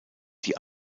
die